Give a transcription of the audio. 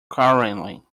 quarrelling